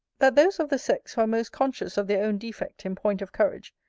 that those of the sex, who are most conscious of their own defect in point of courage,